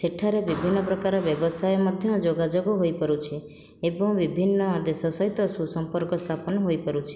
ସେଠାରେ ବିଭିନ୍ନ ପ୍ରକାର ବ୍ୟବସାୟ ମଧ୍ୟ ଯୋଗା ଯୋଗ ହୋଇ ପାରୁଛି ଏବଂ ବିଭିନ୍ନ ଦେଶ ସହିତ ସୁସମ୍ପର୍କ ସ୍ଥାପନ ହୋଇ ପାରୁଛି